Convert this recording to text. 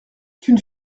qu’une